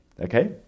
okay